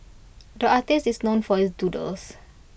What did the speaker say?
the artist is known for his doodles